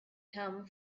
come